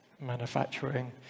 manufacturing